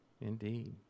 Indeed